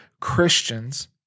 Christians